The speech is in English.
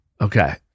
okay